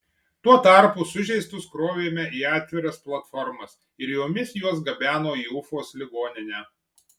tuo tarpu sužeistus krovėme į atviras platformas ir jomis juos gabeno į ufos ligoninę